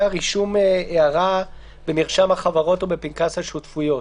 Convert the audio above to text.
רישום הערה במרשם החברות או בפנקס השותפויות.